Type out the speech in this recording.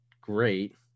great